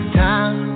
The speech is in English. time